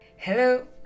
Hello